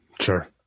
Sure